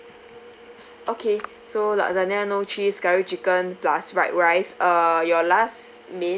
okay so lasagna no cheese curry chicken plus white rice uh your last main